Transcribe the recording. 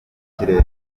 kirere